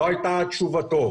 זו הייתה תשובתו.